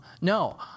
No